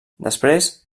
després